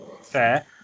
fair